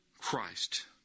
Christ